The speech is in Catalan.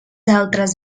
altres